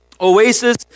Oasis